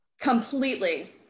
Completely